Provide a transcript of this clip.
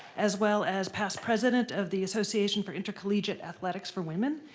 as well as past president of the association for intercollegiate athletics for women.